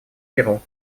перу